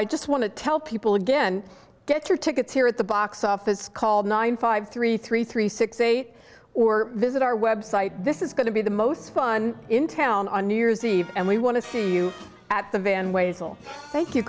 i just want to tell people again get your tickets here at the box office called nine five three three three six eight or visit our web site this is going to be the most fun in town on new year's eve and we want to see you at the van ways will thank you